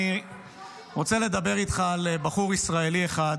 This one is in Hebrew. אני רוצה לדבר איתך על בחור ישראלי אחד